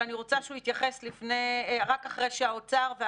אני רוצה שהוא יתייחס רק אחרי שהאוצר יתייחס,